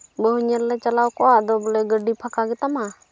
ᱵᱟᱹᱦᱩ ᱧᱮᱞ ᱞᱮ ᱪᱟᱞᱟᱣ ᱠᱚᱜᱼᱟ ᱟᱫᱚ ᱵᱚᱞᱮ ᱜᱟᱹᱰᱤ ᱯᱷᱟᱠᱟ ᱜᱮᱛᱟᱢᱟ